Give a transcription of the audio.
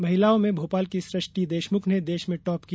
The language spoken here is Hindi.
महिलाओं में भोपाल की सृष्टि देशमुख ने देश में टॉप किया